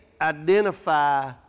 identify